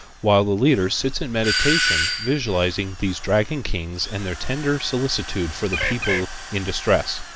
while the leader sits in meditation visualizing these dragon kings and their tender solicitude for the people in distress.